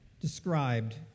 described